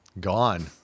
Gone